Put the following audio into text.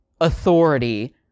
authority